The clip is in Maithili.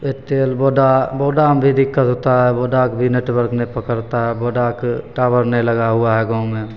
एयरटेल वोडा वोडामे भी दिक्कत होता है वोडाके भी नेटवर्क नहि पकड़ता है वोडाके टावर नहि लगा हुआ है गाममे